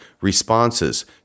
responses